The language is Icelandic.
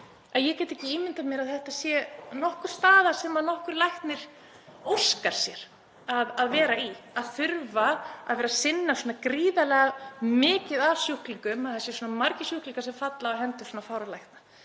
Ég get ekki ímyndað mér að það sé staða sem nokkur læknir óskar sér að vera í, að þurfa að vera að sinna svona gríðarlega mörgum sjúklingum, að það séu svona margir sjúklingar sem falla á herðar svona fárra lækna.